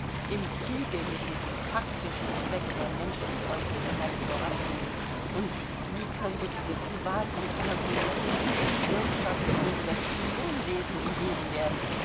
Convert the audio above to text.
im kriege müssen die taktischen zwecke der menschenfreundlichkeit vorangehen und wie könnte diese privatmitwirkung mit genügenden bürgschaften gegen das spionenwesen umgeben werden